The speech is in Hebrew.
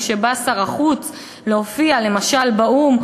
כשבא שר החוץ להופיע למשל באו"ם,